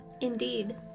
Indeed